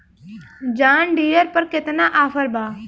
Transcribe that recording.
John Deere पर केतना offer बा?